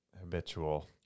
habitual